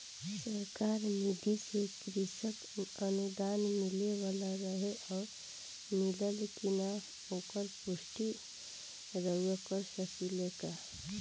सरकार निधि से कृषक अनुदान मिले वाला रहे और मिलल कि ना ओकर पुष्टि रउवा कर सकी ला का?